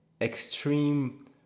extreme